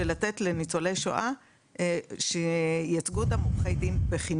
של לתת לניצולי שואה עורכי דין שייצגו אותם בחינם,